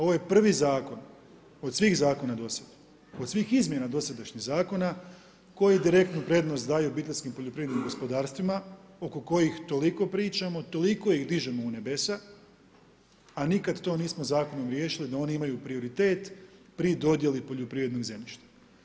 Ovo je prvi zakon, od svih zakona do sad, od svih izmjena dosadašnjeg zakona, koji direktnu prednost daju obiteljskim poljoprivrednim gospodarstvima, oko kojih toliko pričamo, toliko ih dižemo u nebesa, a nikad to nismo zakonom riješili da oni imaju prioritet pri dodjeli poljoprivrednih zemljišta.